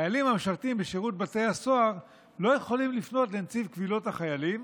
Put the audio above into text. החיילים המשרתים בשירות בתי הסוהר לא יכולים לפנות נציב קבילות החיילים